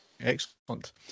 Excellent